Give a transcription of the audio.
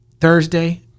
thursday